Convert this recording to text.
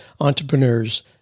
entrepreneurs